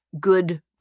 good